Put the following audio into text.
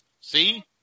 See